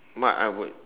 what I would